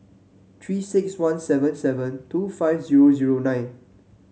Three six one seven seven two five zero zero nine